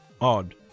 odd